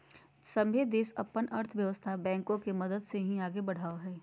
सभे देश अपन अर्थव्यवस्था बैंको के मदद से ही आगे बढ़ावो हय